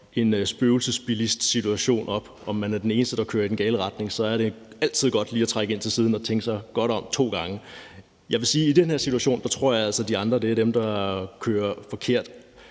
en spøgelsesbilistsituation og man er den eneste, der kører i den gale retning. Så er det altid godt lige at trække ind til siden og tænke sig godt om to gange. Jeg vil sige, at i den her situation tror jeg altså, at det er de andre, der kører forkert,